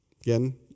Again